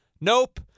Nope